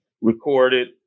recorded